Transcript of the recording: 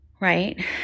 right